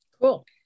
Cool